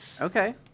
Okay